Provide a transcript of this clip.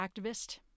activist